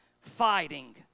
fighting